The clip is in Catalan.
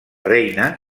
reina